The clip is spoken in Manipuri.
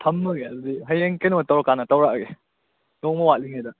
ꯊꯝꯃꯒꯦ ꯑꯗꯨꯗꯤ ꯍꯌꯦꯡ ꯀꯩꯅꯣ ꯇꯧꯔꯀꯥꯟꯗ ꯇꯧꯔꯛꯑꯒꯦ ꯅꯣꯡꯃ ꯋꯥꯠꯂꯤꯉꯩꯗ